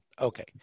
Okay